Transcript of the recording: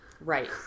right